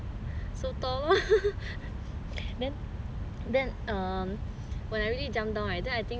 then then um when I really jump down right then I think the trainer or the staff at there